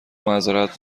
معذرت